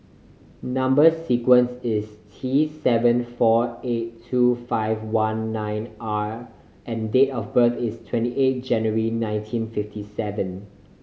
number sequence is T seven four eight two five one nine R and date of birth is twenty eight January nineteen fifty seven